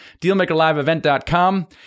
dealmakerliveevent.com